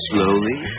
Slowly